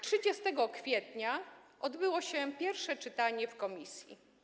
30 kwietnia odbyło się pierwsze czytanie w komisji.